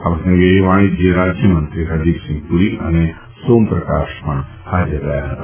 આ પ્રસંગે વાણિજ્ય રાજ્યમંત્રી ફરદીપસિંફ પુરી અને સોમપ્રકાશ પણ ફાજર રહ્યા ફતા